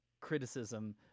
criticism